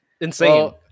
insane